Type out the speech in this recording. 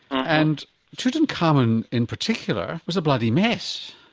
and tutankhamen in particular was a bloody mess.